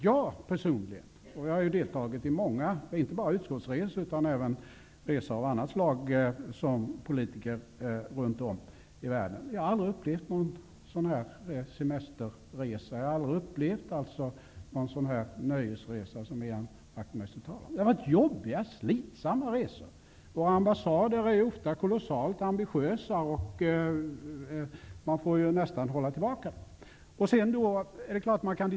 Jag personligen har deltagit i många resor runt om i världen som politiker, inte bara när det gäller utskottsresor, utan även resor av annat slag. Jag har aldrig upplevt dem som några semesterresor. Någon nöjesresa som Ian Wachtmeister talar om har jag aldrig upplevt. Resorna har varit jobbiga och slitsamma. På våra ambassader är man ofta kolossalt ambitiös och måste nästan hållas tillbaka.